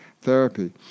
therapy